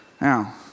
Now